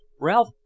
Ralph